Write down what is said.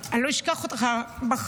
אני לא אשכח אותך בחיים.